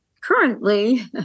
currently